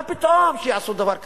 מה פתאום שיעשו דבר כזה?